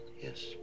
yes